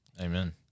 Amen